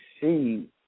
see